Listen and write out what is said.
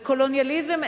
וקולוניאליזם,